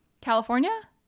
California